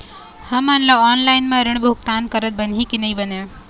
हमन ला ऑनलाइन म ऋण भुगतान करत बनही की नई बने?